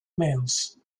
males